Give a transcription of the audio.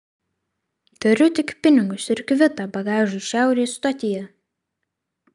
turiu tik pinigus ir kvitą bagažui šiaurės stotyje